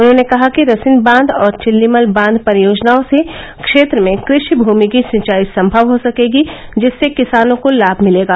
उन्होंने कहा कि रसिन बांध और चिल्लीमल बांध परियोजनाओं से क्षेत्र में कृषि भूमि की सिंचाई सम्भव हो सकेगी जिससे किसानों को लाभ मिलेगा